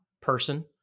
person